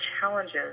challenges